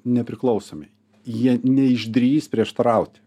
nepriklausomi jie neišdrįs prieštarauti